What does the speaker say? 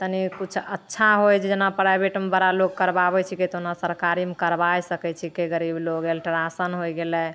तनि किछु अच्छा होइ जेना प्राइवेटमे बड़ा लोक करबाबै छिकै तऽ ओना सरकारीमे करबै सकै छिकै गरीब लोक अल्ट्रासाउण्ड हो गेलै